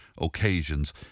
occasions